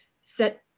set